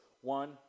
one